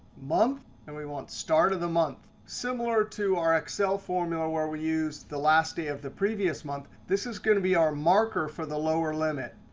month, and we want start of the month. similar to our excel formula where we used the last day of the previous month, this is going to be our marker for the lower limit.